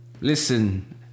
listen